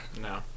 No